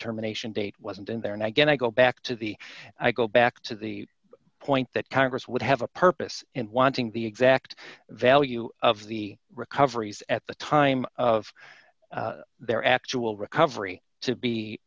terminations date wasn't in there and again i go back to the i go back to the point that congress would have a purpose in wanting the exact value of the recoveries at the time of their actual recovery to be